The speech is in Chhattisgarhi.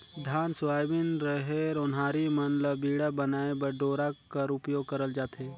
धान, सोयाबीन, रहेर, ओन्हारी मन ल बीड़ा बनाए बर डोरा कर उपियोग करल जाथे